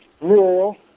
rural